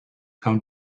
come